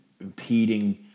impeding